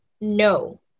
no